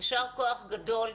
יישר כוח גדול,